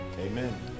Amen